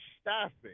staffing